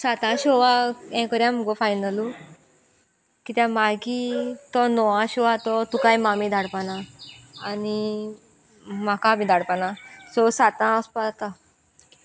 साता शोआ हें करया मगो फायनलू कित्याक मागीर तो णव शोआ आसा तो तुकाय मामी धाडपाना आनी म्हाका बी धाडपाना सो सातां वसपा जाता